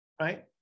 right